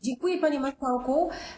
Dziękuję, panie marszałku.